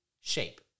shape